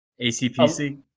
ACPC